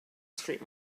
street